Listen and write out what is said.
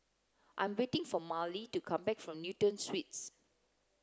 I'm waiting for Marlee to come back from Newton Suites